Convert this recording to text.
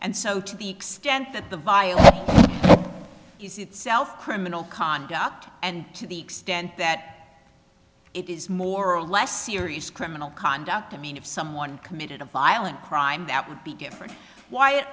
and so to the extent that the violence you see itself criminal conduct and to the extent that it is more or less serious criminal conduct i mean if someone committed a violent crime that would be different why it